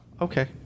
okay